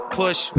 push